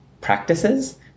practices